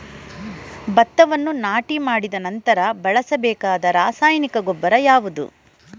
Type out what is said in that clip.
ಭತ್ತವನ್ನು ನಾಟಿ ಮಾಡಿದ ನಂತರ ಬಳಸಬೇಕಾದ ರಾಸಾಯನಿಕ ಗೊಬ್ಬರ ಯಾವುದು?